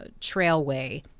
trailway